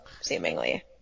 seemingly